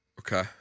Okay